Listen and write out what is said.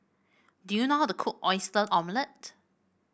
do you know how to cook Oyster Omelette